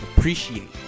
Appreciate